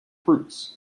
fruits